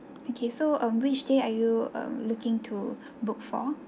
okay so on which day are you um looking to book for